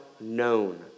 known